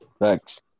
Thanks